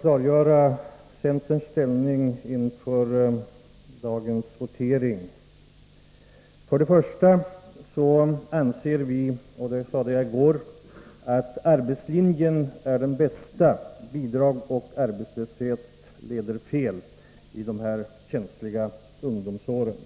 klargöra centerns ståndpunkt inför voteringen i detta ärende. Först och främst anser vi — som jag sade i går — att arbetslinjen är den bästa. Bidrag och arbetslöshet leder fel i de här känsliga ungdomsåren.